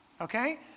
Okay